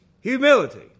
humility